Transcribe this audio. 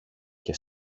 και